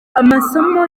amasomo